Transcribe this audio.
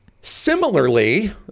Similarly